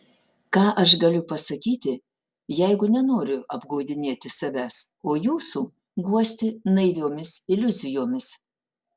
ką aš galiu pasakyti jeigu nenoriu apgaudinėti savęs o jūsų guosti naiviomis iliuzijomis